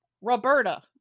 Roberta